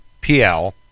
PL